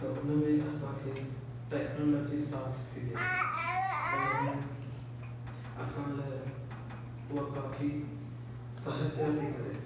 त हुन में असांखे टेक्नोलॉजी साथ थी ॾे ऐं हीअं असां लाइ उहा काफ़ी सहायता थी करे